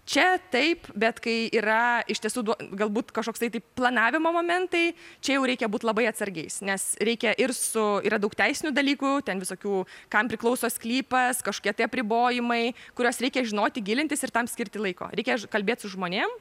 čia taip bet kai yra iš tiesų galbūt kažkoks tai tik planavimo momentai čia jau reikia būti labai atsargiais nes reikia ir su yra daug teisinių dalykų ten visokių kam priklauso sklypas kažkokie tai apribojimai kuriuos reikia žinoti gilintis ir tam skirti laiko reikia kalbėt su žmonėm